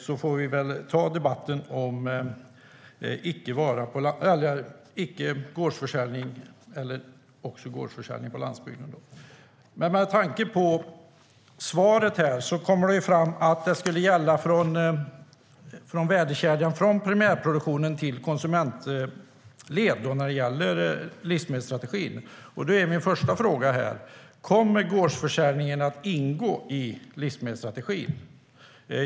Vi får väl ta debatten om gårdsförsäljning eller icke gårdsförsäljning på landsbygden.I svaret kom det fram att livsmedelsstrategin skulle gälla värdekedjan, från primärproduktion till konsumentled. Då är min första fråga: Kommer gårdsförsäljningen att ingå i livsmedelsstrategin?